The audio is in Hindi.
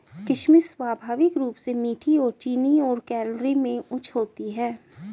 किशमिश स्वाभाविक रूप से मीठी और चीनी और कैलोरी में उच्च होती है